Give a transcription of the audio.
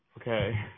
Okay